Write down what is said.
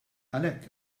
għalhekk